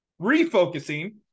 Refocusing